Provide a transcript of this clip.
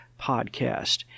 podcast